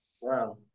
Wow